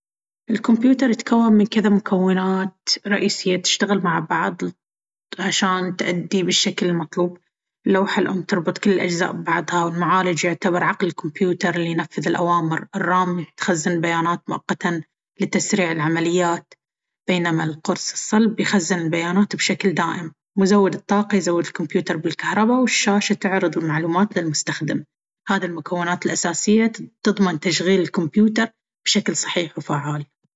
الكمبيوتر يتكون من كذا مكونات رئيسية تشتغل مع بعض عشان تأدي بالشكل المطلوب. اللوحة الأم تربط كل الأجزاء ببعضها، والمعالج يعتبر عقل الكمبيوتر اللي ينفذ الأوامر. الرام تخزن البيانات مؤقتًا لتسريع العمليات، بينما القرص الصلب يخزن البيانات بشكل دائم. مزود الطاقة يزود الكمبيوتر بالكهرباء، والشاشة تعرض المعلومات للمستخدم. هذي المكونات الأساسية تضمن تشغيل الكمبيوتر بشكل صحيح وفعّال.